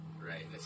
right